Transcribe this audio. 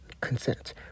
consent